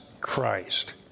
Christ